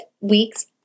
week's